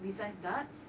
besides darts